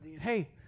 hey